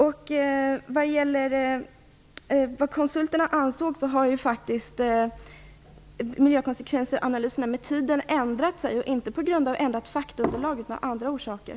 När det gäller vad konsulterna ansåg, kan jag bara säga att miljökonsekvensanalyserna har ändrats med tiden, inte på grund av ändrat faktaunderlag utan av andra orsaker.